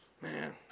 Man